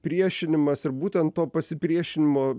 priešinimas ir būtent to pasipriešinimo